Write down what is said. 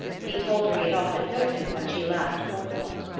he told her he had often noticed that she lacked forethought.